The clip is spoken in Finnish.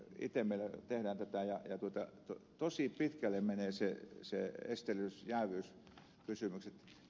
meillä tehdään tätä ja tosi pitkälle menevät jääviyskysymykset